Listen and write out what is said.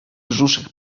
brzuszek